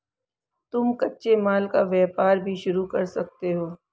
तुम कच्चे माल का व्यापार भी शुरू कर सकते हो